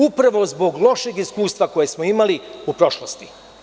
Upravo zbog lošeg iskustva koje smo imali u prošlosti.